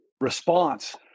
response